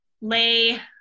lay